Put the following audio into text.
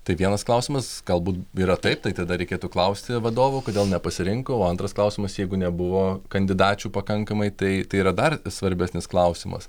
tai vienas klausimas galbūt yra taip tai tada reikėtų klausti vadovų kodėl nepasirinko o antras klausimas jeigu nebuvo kandidačių pakankamai tai tai yra dar svarbesnis klausimas